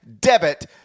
debit